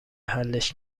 حلش